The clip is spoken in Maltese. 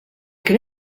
kien